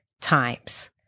times